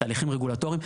תהליכים רגולטוריים.